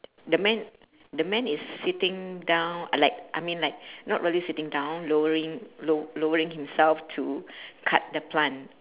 the man the man is sitting down like I mean like not really sitting down lowering lo~ lowering himself to cut the plant